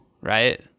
right